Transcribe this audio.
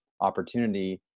opportunity